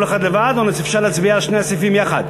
אחד לבד או שאפשר להצביע על שני הסעיפים יחד?